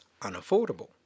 unaffordable